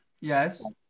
Yes